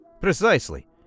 Precisely